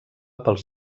pels